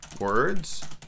words